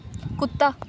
ਕੁੱਤਾ